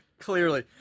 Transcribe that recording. clearly